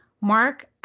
Mark